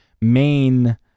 main